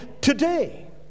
today